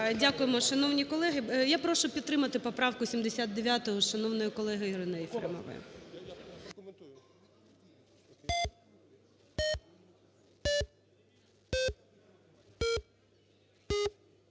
Дякуємо. Шановні колеги, я прошу підтримати поправку 79 шановної колеги Ірини Єфремової.